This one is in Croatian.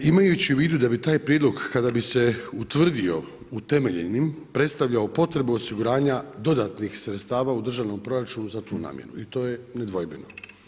Imajući u vidu da bi taj prijedlog kada bi se utvrdio utemeljenim predstavljao potrebu osiguranja dodatnih sredstava u državnom proračunu za tu namjenu i to je nedvojbeno.